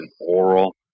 oral